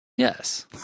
Yes